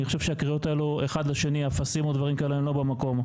אני חושב שהקריאות האלה אחד לשני אפסים או דברים כאלה הם לא במקום.